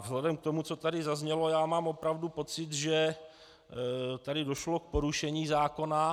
Vzhledem k tomu, co tady zaznělo, mám opravdu pocit, že tady došlo k porušení zákona.